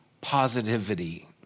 positivity